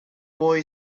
boy